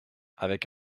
avec